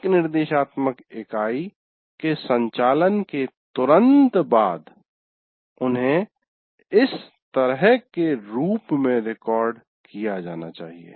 एक निर्देशात्मक इकाई के संचालन के तुरंत बाद उन्हें इस तरह के रूप में रिकॉर्ड किया जाना चाहिए